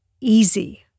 Easy